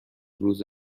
روز